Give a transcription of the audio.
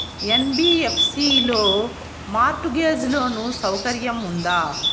NBFC లో mortgage loan సౌకర్యం ఉందా?